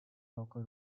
local